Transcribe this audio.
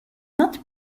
not